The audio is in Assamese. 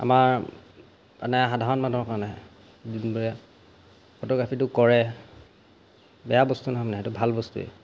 আমাৰ মানে সাধাৰণ মানুহৰ কাৰণে যোনবোৰে ফটোগ্ৰাফীটো কৰে বেয়া বস্তু নহয় মানে সেইটো ভাল বস্তুৱে